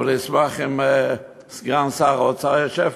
אבל אשמח אם סגן שר האוצר,